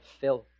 filth